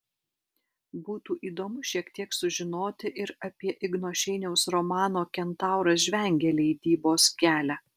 būtų įdomu šiek tiek sužinoti ir apie igno šeiniaus romano kentauras žvengia leidybos kelią